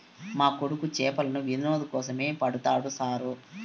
మా కొడుకు చేపలను వినోదం కోసమే పడతాడు సారూ